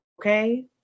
Okay